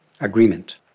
agreement